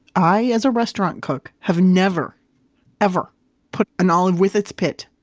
i, as a restaurant cook, have never ever put an olive with its pit,